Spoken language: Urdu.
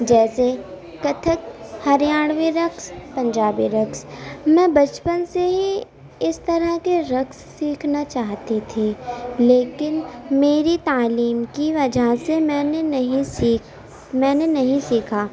جیسے کتھک ہریانوی رقص پنجابی رقص میں بچپن سے ہی اس طرح کے رقص سیکھنا چاہتی تھی لیکن میری تعلیم کی وجہ سے میں نے نہیں سیکھ میں نے نہیں سیکھا